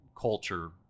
culture